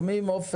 סעיף קטן (ב)